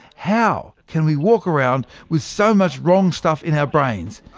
how can we walk around with so much wrong stuff in our brains,